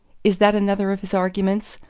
is that another of his arguments?